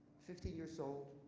fifteen years old